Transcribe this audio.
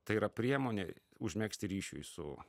tai yra priemonė užmegzti ryšiui su